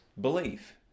belief